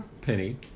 Penny